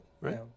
right